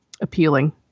appealing